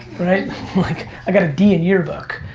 like i got a d in year book.